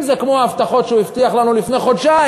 אם זה כמו ההבטחות שהוא הבטיח לנו לפני חודשיים,